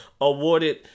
awarded